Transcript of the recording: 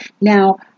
Now